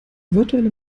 virtuelle